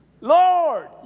Lord